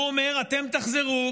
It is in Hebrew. הוא אומר: אתם תחזרו,